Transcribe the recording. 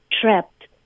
trapped